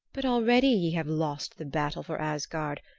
but already ye have lost the battle for asgard,